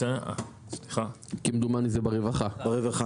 כמדומני זה ברווחה.